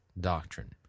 doctrine